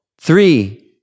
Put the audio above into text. three